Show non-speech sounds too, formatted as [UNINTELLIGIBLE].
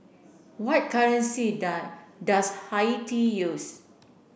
what currency [UNINTELLIGIBLE] does Haiti use